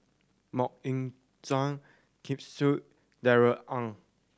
Mok Ying Jang Ken Seet Darrell Ang